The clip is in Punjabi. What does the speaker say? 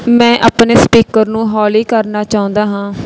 ਮੈਂ ਆਪਣੇ ਸਪੀਕਰ ਨੂੰ ਹੌਲੀ ਕਰਨਾ ਚਾਹੁੰਦਾ ਹਾਂ